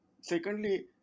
Secondly